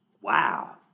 Wow